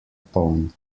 poln